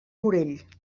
morell